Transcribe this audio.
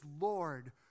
Lord